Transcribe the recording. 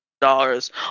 dollars